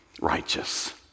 righteous